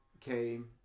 came